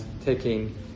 taking